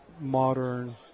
modern